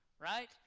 right